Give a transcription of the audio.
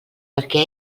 perquè